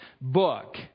book